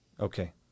Okay